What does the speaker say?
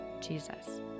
Jesus